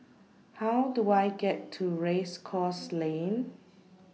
How Do I get to Race Course Lane